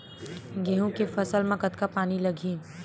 गेहूं के फसल म कतका पानी लगही?